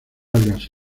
algas